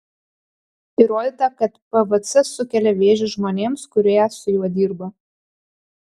įrodyta kad pvc sukelia vėžį žmonėms kurie su juo dirba